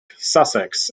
sussex